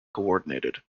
coordinated